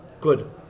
Good